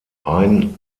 ein